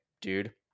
dude